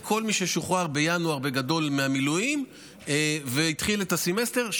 כל מי ששוחרר בינואר מהמילואים והתחיל את הסמסטר,